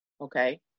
okay